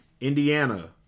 Indiana